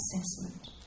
assessment